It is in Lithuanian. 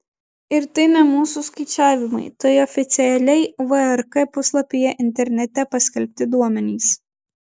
ir tai ne mūsų skaičiavimai tai oficialiai vrk puslapyje internete paskelbti duomenys